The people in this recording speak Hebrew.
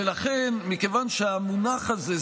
ולכן מכיוון שהמונח הזה,